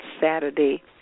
Saturday